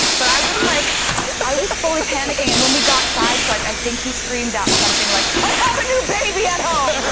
but i was like i was fully panicking and when we got side so i i think he screamed out something like i have a new baby at home